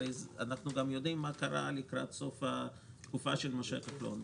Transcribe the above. אנחנו גם יודעים מה קרה לקראת סוף התקופה של משה כחלון,